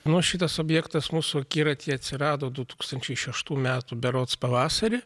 nu šitas objektas mūsų akiratyje atsirado du tūkstančiai šeštų metų berods pavasarį